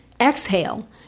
exhale